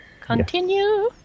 Continue